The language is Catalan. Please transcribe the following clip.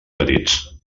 petits